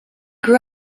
grew